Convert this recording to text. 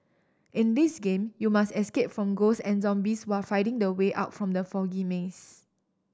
in this game you must escape from ghosts and zombies while finding the way out from the foggy maze